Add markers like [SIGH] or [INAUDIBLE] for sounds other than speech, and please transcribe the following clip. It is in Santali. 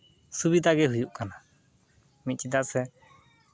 ᱥᱩᱵᱤᱫᱷᱟ ᱜᱮ ᱦᱩᱭᱩᱜ ᱠᱟᱱᱟ [UNINTELLIGIBLE] ᱪᱮᱫᱟᱜ ᱥᱮ